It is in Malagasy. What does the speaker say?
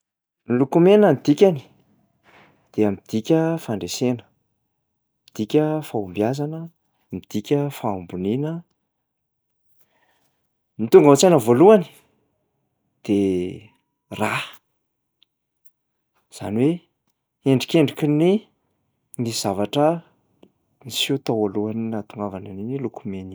Loko mena ny dikany dia midika fandresena, midika fahombiazana, midika fahamboniana. Ny tonga ao an-tsaina voalohany de rà, zany hoe endrikendriky ny- ny zavatra niseho tao alohan'ny nahatongavana an'iny loko mena iny.